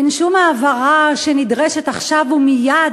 אין שום העברה שנדרשת עכשיו ומייד,